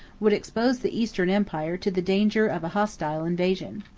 would expose the eastern empire to the danger of a hostile invasion.